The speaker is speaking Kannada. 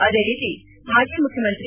ಅದೇ ರೀತಿ ಮಾಜಿ ಮುಖ್ಯಮಂತ್ರಿ